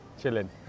Chilling